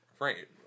Right